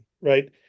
Right